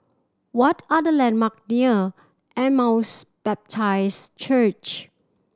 what are the landmark near Emmaus Baptist Church